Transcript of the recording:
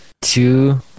Two